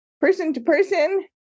person-to-person